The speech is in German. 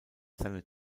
seine